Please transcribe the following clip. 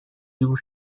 دور